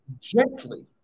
gently